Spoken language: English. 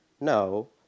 No